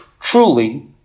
truly